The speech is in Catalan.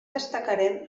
destacarem